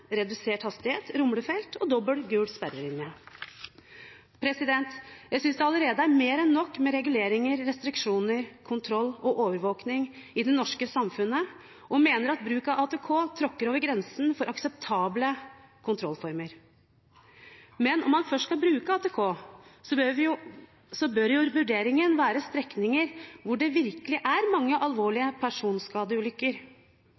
redusert hastighet, rumlefelt og dobbel gul sperrelinje. Jeg synes det allerede er mer enn nok av reguleringer, restriksjoner, kontroll og overvåking i det norske samfunnet, og mener at bruk av ATK tråkker over grensen for akseptable kontrollformer. Men om man først skal bruke ATK, bør vurderingene gjelde strekninger der det virkelig er mange alvorlige personskadeulykker.